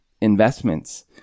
investments